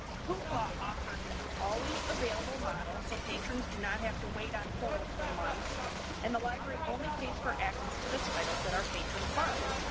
hoopla offers an always available model, so patrons do not have to wait on hold for months and the library only pays for access to the titles that are patrons borrow.